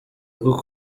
rwo